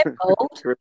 old